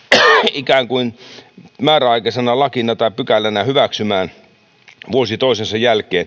ikään kuin määräaikaisena lakina tai pykälänä hyväksymään vuosi toisensa jälkeen